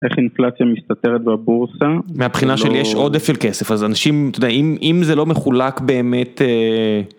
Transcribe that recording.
איך אינפלציה מסתתרת בבורסה. מהבחינה של יש עודף כסף, אז אנשים, אתה יודע, אם זה לא מחולק באמת.